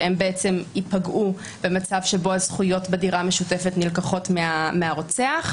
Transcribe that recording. שהם ייפגעו במצב שבו הזכויות בדירה המשותפת נלקחות מהרוצח,